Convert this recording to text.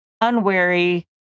unwary